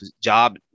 job